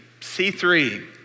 C3